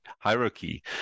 hierarchy